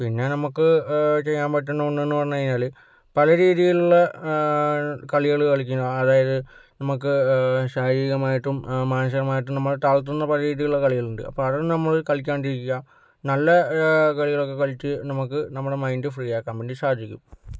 പിന്നെ നമ്മുക്ക് ചെയ്യാൻ പറ്റണ ഒന്ന്ന്ന് പറഞ്ഞ് കഴിഞ്ഞാൽ പലരീതിയിലുള്ള കളികള് കളിക്കും അതായത് നമുക്ക് ശരീരികമായിട്ടും മാനസികമായിട്ടും നമ്മളെ താഴ്ത്തുന്ന പല രീതിയിലുള്ള കളികളുണ്ട് അപ്പൊ അത് ഒന്നും നമ്മള് കളിക്കാണ്ടിരിക്കാ നല്ല കളികളൊക്കെ കളിച്ച് നമക്ക് നമ്മളെ മൈൻഡ് ഫ്രീയാക്കാൻ വേണ്ടി സാധിക്കും